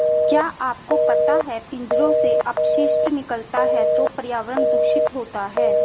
क्या आपको पता है पिंजरों से अपशिष्ट निकलता है तो पर्यावरण दूषित होता है?